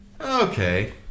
Okay